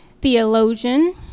theologian